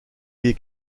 voyez